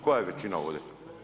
Koja je većina ovdje?